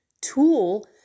tool